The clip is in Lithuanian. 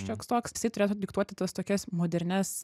šioks toks vistiek turėtų diktuoti tas tokias modernias